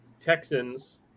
Texans